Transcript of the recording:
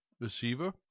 receiver